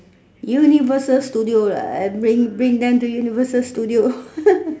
universal studios lah I bring bring them to universal studios